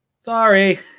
Sorry